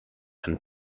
and